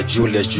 Julia